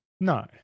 No